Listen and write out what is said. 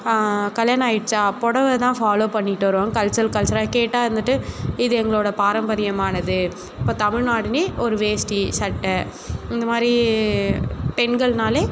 கல்யாணம் ஆயிடுச்சா புடவ தான் ஃபாலோ பண்ணிட்டு வருவாங்க கல்ச்சர் கல்ச்சராக கேட்டால் வந்துட்டு இது எங்களோடு பாரம்பரியமானது இப்போ தமிழ்நாடுனா ஒரு வேட்டி சட்டை இந்தமாதிரி பெண்கள்னால்